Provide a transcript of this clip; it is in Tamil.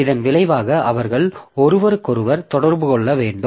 இதன் விளைவாக அவர்கள் ஒருவருக்கொருவர் தொடர்பு கொள்ள வேண்டும்